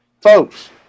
Folks